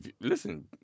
Listen